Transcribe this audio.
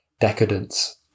decadence